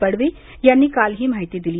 पडवी यांनी काल ही माहिती दिली